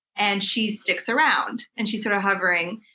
and she sticks around, and she's sort of hovering,